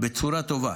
בצורה טובה.